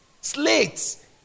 slates